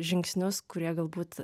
žingsnius kurie galbūt